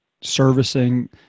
servicing